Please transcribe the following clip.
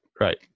right